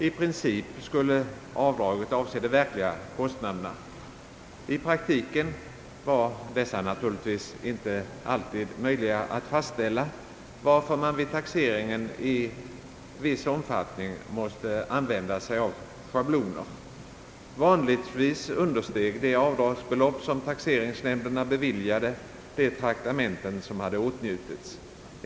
I princip skulle avdraget avse de verkliga kostnaderna. I praktiken var dessa naturligtvis inte alltid möjliga att fastställa, varför man vid taxeringen i viss omfattning måste använda sig av schabloner. Vanligtvis understeg de avdragsbelopp som taxeringsnämnderna beviljade de traktamenten som hade åtnjutits.